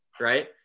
right